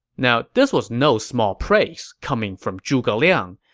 now, this was no small praise, coming from zhuge liang,